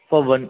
four one